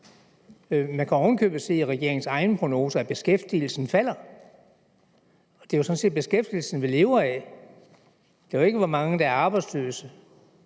man kan oven i købet se i regeringens egen prognose, at beskæftigelsen falder. Det er jo sådan set beskæftigelsen, vi lever af – det er jo ikke, hvor mange der er arbejdsløse,